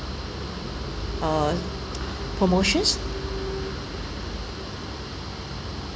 uh promotions